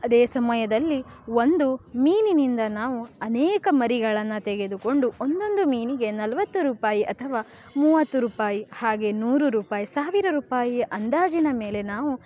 ಅದೇ ಸಮಯದಲ್ಲಿ ಒಂದು ಮೀನಿನಿಂದ ನಾವು ಅನೇಕ ಮರಿಗಳನ್ನು ತೆಗೆದುಕೊಂಡು ಒಂದೊಂದು ಮೀನಿಗೆ ನಲವತ್ತು ರೂಪಾಯಿ ಅಥವಾ ಮೂವತ್ತು ರೂಪಾಯಿ ಹಾಗೆ ನೂರು ರೂಪಾಯಿ ಸಾವಿರ ರೂಪಾಯಿಯ ಅಂದಾಜಿನ ಮೇಲೆ ನಾವು